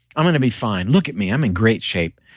i'm going to be fine. look at me, i'm in great shape.